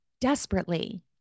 desperately